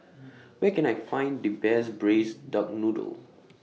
Where Can I Find The Best Braised Duck Noodle